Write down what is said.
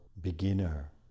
beginner